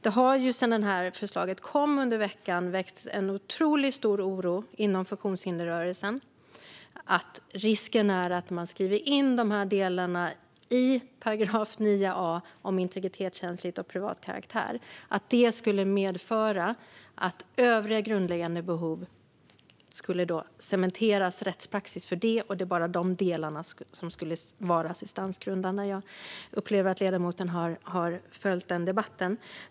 Det har sedan detta förslag kom under veckan väckts en otroligt stor oro inom funktionshindersrörelsen. Oron gäller risken att det skulle medföra att det skulle cementeras rättspraxis för övriga grundläggande behov och för att det bara är dessa delar som skulle vara assistansgrundande om man skriver in dessa delar i § 9 a om sådant som är integritetskänsligt och av privat karaktär. Jag upplever att ledamoten har följt den debatten.